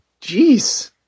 Jeez